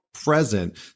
Present